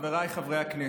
חבריי חברי הכנסת,